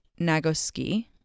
Nagoski